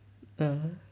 uh